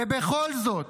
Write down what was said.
ובכל זאת,